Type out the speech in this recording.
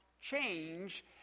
change